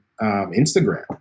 Instagram